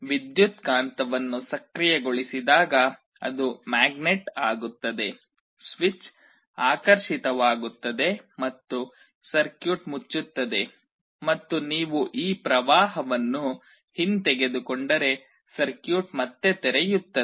ವಿದ್ಯುತ್ಕಾಂತವನ್ನು ಸಕ್ರಿಯಗೊಳಿಸಿದಾಗ ಅದು ಮ್ಯಾಗ್ನೆಟ್ ಆಗುತ್ತದೆ ಸ್ವಿಚ್ ಆಕರ್ಷಿತವಾಗುತ್ತದೆ ಮತ್ತು ಸರ್ಕ್ಯೂಟ್ ಮುಚ್ಚುತ್ತದೆ ಮತ್ತು ನೀವು ಪ್ರವಾಹವನ್ನು ಹಿಂತೆಗೆದುಕೊಂಡರೆ ಸರ್ಕ್ಯೂಟ್ ಮತ್ತೆ ತೆರೆಯುತ್ತದೆ